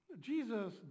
Jesus